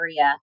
area